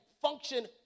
function